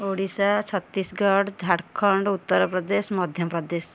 Odisha Chhattisgarh Jharkhand Uttar Pradesh Madhya Pradesh